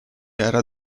era